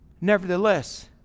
Nevertheless